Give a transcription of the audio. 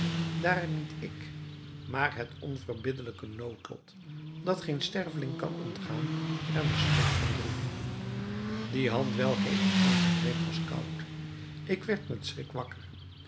daar niet ik maar het onverbiddelijke noodlot dat geen sterveling kan ontgaan er de schuld van droeg die hand welke ik aangreep was koud ik werd met schrik wakker